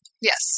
yes